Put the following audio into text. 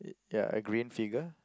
ya a green figure